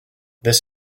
this